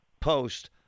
post